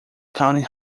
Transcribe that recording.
county